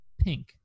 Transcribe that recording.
pink